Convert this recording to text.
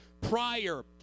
prior